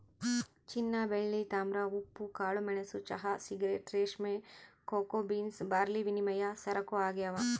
ಚಿನ್ನಬೆಳ್ಳಿ ತಾಮ್ರ ಉಪ್ಪು ಕಾಳುಮೆಣಸು ಚಹಾ ಸಿಗರೇಟ್ ರೇಷ್ಮೆ ಕೋಕೋ ಬೀನ್ಸ್ ಬಾರ್ಲಿವಿನಿಮಯ ಸರಕು ಆಗ್ಯಾವ